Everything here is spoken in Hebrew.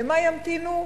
למה ימתינו?